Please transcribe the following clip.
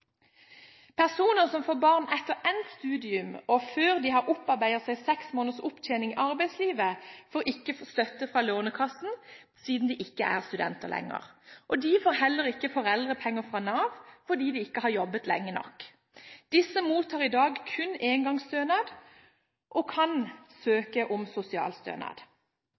Personer som får barn etter endt studium og før de har opparbeidet seg seks måneders opptjening i arbeidslivet, får ikke støtte fra Lånekassen siden de ikke er studenter lenger, og de får heller ikke foreldrepenger fra Nav fordi de ikke har jobbet lenge nok. Disse mottar i dag kun engangsstønad, og kan søke om